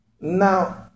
Now